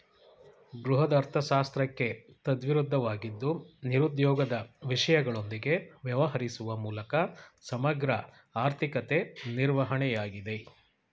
ಬೃಹದರ್ಥಶಾಸ್ತ್ರಕ್ಕೆ ತದ್ವಿರುದ್ಧವಾಗಿದ್ದು ನಿರುದ್ಯೋಗದ ವಿಷಯಗಳೊಂದಿಗೆ ವ್ಯವಹರಿಸುವ ಮೂಲಕ ಸಮಗ್ರ ಆರ್ಥಿಕತೆ ನಿರ್ವಹಣೆಯಾಗಿದೆ